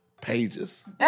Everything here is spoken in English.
pages